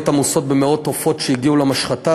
עמוסות במאות עופות שהגיעו למשחטה,